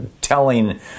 telling